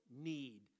need